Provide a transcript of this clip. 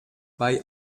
bei